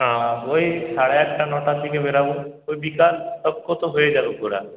হ্যাঁ ওই সাড়ে আটটা নটার দিকে বেরোবো ওই বিকাল কত হয়ে যাবে ঘোরা